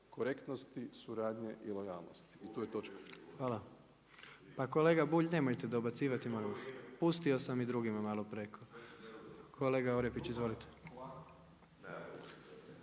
korektnosti, suradnje i lojalnosti i tu je točka. **Jandroković, Gordan (HDZ)** Kolega Bulj nemojte dobacivati molim vas! Pustio sam i drugima malo preko. Kolega Orepić, izvolite.